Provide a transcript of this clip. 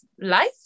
life